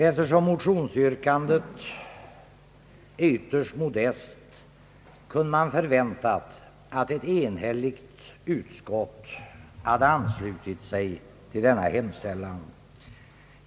Eftersom motionsyrkandet är ytterst modest kunde man förvänta att ett enhälligt utskott skulle ansluta sig till denna hemställan.